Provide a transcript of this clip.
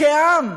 כעם,